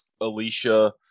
Alicia